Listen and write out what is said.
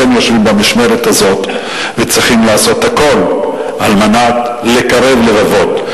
אתם יושבים במשמרת הזאת וצריכים לעשות הכול על מנת לקרב לבבות,